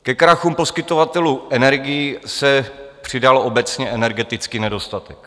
Ke krachům poskytovatelů energií se přidal obecně energeticky nedostatek.